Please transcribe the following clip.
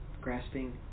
grasping